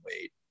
weight